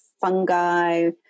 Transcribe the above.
fungi